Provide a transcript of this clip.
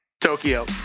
Tokyo